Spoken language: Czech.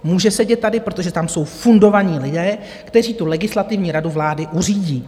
Může sedět tady, protože tam jsou fundovaní lidé, kteří tu Legislativní radu vlády uřídí.